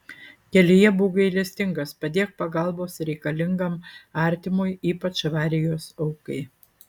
kelyje būk gailestingas padėk pagalbos reikalingam artimui ypač avarijos aukai